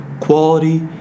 quality